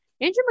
Andrew